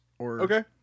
Okay